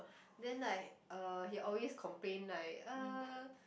then like uh he always complain like uh